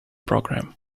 program